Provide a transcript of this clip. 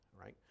right